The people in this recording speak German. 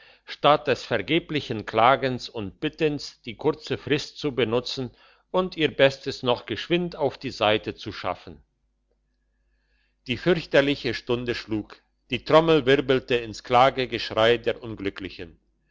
statt des vergeblichen klagens und bittens die kurze frist zu benutzen und ihr bestes noch geschwind auf die seite zu schaffen die fürchterliche stunde schlug die trommel wirbelte ins klaggeschrei der unglücklichen